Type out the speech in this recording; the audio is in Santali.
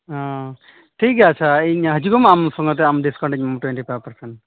ᱚ ᱴᱷᱤᱠ ᱜᱮᱭᱟ ᱟᱪᱪᱷᱟ ᱤᱧ ᱦᱟᱹᱡᱩᱜᱚᱜ ᱢᱮ ᱟᱢ ᱥᱚᱸᱜᱮᱛᱮ ᱰᱤᱥᱠᱟᱣᱩᱱᱴᱤᱧ ᱮᱢᱟᱢᱟ ᱴᱩᱭᱮᱱᱴᱤ ᱯᱷᱟᱭᱤᱵᱷ ᱯᱟᱨᱥᱮᱱ